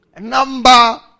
number